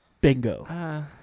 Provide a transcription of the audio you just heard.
Bingo